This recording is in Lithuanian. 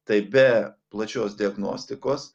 tai be plačios diagnostikos